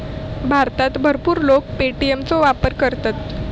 भारतात भरपूर लोक पे.टी.एम चो वापर करतत